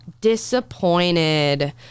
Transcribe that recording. disappointed